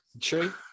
true